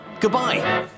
goodbye